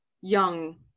young